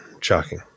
Shocking